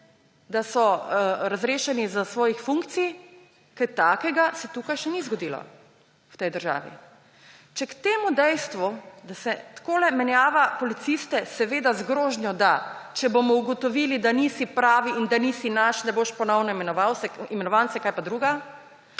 da so razrešeni svojih funkcij – kaj takega se v tej državi še ni zgodilo. Če k dejstvu, da se takole menjava policiste – seveda z grožnjo, da če bomo ugotovili, da nisi pravi in da nisi naš, ne boš ponovno imenovan, saj kaj pa drugega